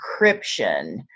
encryption